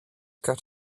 got